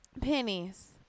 pennies